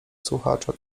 słuchacza